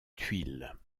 tuiles